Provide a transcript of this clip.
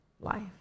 life